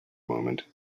moment